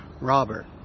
Robert